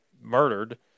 murdered